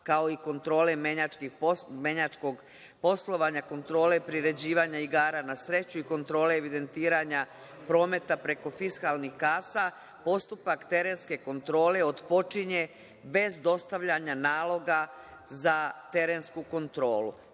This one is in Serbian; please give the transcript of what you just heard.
kao i kontrole menjačkog poslovanja kontrole privređivanja igara na sreću i kontrole evidentiranja prometa preko fiskalnih kasa postupak terenske kontrole otpočinje bez dostavljanja naloga za terensku kontrolu. Vi